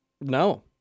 No